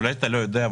אולי אתה לא יודע,